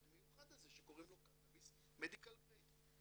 מיוחד הזה שקוראים לו קנאביס מדיקל גרייד.